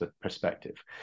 perspective